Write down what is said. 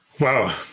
Wow